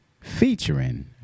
Featuring